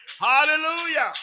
Hallelujah